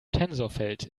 tensorfeld